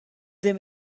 them